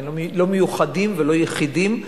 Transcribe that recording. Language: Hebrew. לא מיוחדים ולא יחידים.